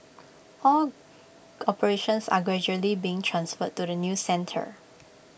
all operations are gradually being transferred to the new centre